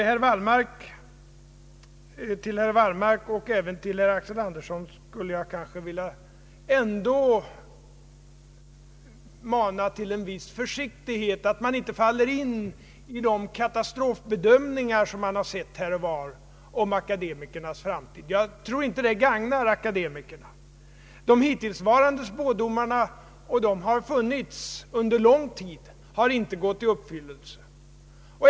Jag vill mana herr Wallmark och även herr Axel Andersson till en viss försiktighet, så att de inte faller in i de katastrofbedömningar beträffande akademikernas framtid som vi här och var sett exempel på. Jag tror inte att det gagnar akademikerna. De hittillsvarande spådomarna — som funnits under lång tid — har inte gått i uppfyllelse.